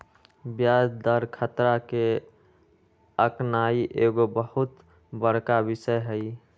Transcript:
ब्याज दर खतरा के आकनाइ एगो बहुत बड़का विषय हइ